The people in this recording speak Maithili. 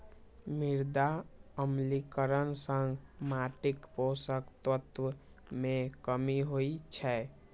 मृदा अम्लीकरण सं माटिक पोषक तत्व मे कमी होइ छै